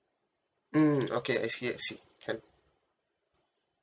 mm okay I see I see can